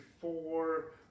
four